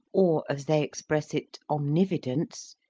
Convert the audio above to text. or as they express it, omnividence,